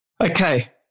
Okay